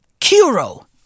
Kuro